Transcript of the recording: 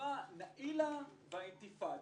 נאילה והאינתיפאדה,